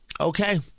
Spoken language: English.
okay